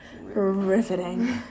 Riveting